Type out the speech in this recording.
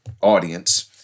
audience